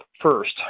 first